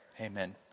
amen